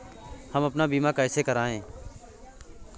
हम अपना बीमा कैसे कराए?